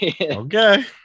Okay